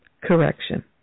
correction